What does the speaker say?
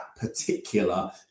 particular